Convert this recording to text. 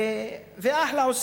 אחלה.